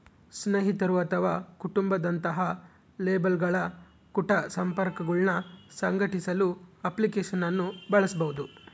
ಸ್ನೇಹಿತರು ಅಥವಾ ಕುಟುಂಬ ದಂತಹ ಲೇಬಲ್ಗಳ ಕುಟ ಸಂಪರ್ಕಗುಳ್ನ ಸಂಘಟಿಸಲು ಅಪ್ಲಿಕೇಶನ್ ಅನ್ನು ಬಳಸಬಹುದು